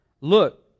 Look